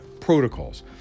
Protocols